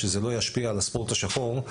שזה לא ישפיע על הספורט השחור,